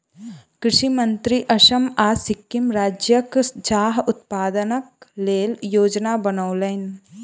कृषि मंत्री असम आ सिक्किम राज्यक चाह उत्पादनक लेल योजना बनौलैन